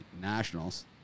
Nationals